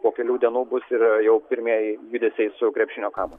po kelių dienų bus ir jau pirmieji judesiai su krepšinio kamuoliu